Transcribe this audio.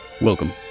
Welcome